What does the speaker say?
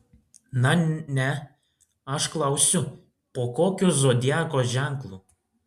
na ne aš klausiu po kokiu zodiako ženklu